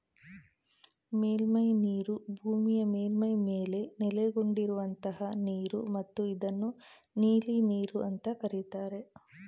ಮೇಲ್ಮೈನೀರು ಭೂಮಿಯ ಮೇಲ್ಮೈ ಮೇಲೆ ನೆಲೆಗೊಂಡಿರುವಂತಹ ನೀರು ಮತ್ತು ಇದನ್ನು ನೀಲಿನೀರು ಅಂತ ಕರೀತಾರೆ